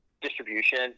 distribution